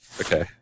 Okay